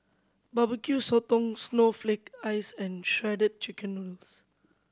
Barbecue Sotong snowflake ice and Shredded Chicken Noodles